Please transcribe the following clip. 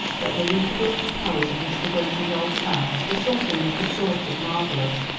that the reproductive powers of mr. granger's old sow were something little short of marvellous,